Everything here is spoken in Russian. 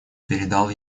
передал